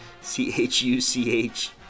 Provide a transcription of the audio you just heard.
C-H-U-C-H